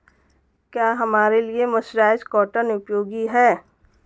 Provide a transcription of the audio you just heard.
क्या हमारे लिए मर्सराइज्ड कॉटन उपयोगी है?